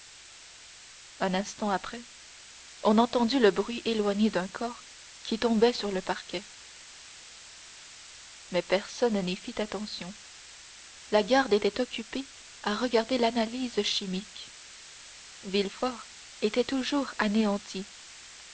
un instant après on entendit le bruit éloigné d'un corps qui tombait sur le parquet mais personne n'y fit attention la garde était occupée à regarder l'analyse chimique villefort était toujours anéanti